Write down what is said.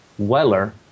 Weller